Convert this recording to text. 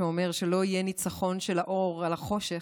שאמר: שלא יהיה ניצחון של האור על החושך,